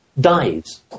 dies